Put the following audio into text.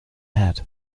head